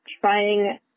trying